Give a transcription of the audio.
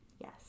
Yes